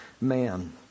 man